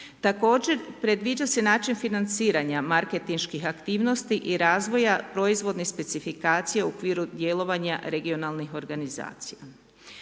Također predviđa se način financiranja marketinških aktivnosti i razvoja proizvodne specifikacije u okviru djelovanja regionalnih organizacija.